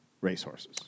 racehorses